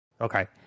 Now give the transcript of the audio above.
Okay